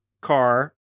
car